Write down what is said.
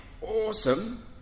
awesome